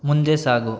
ಮುಂದೆ ಸಾಗು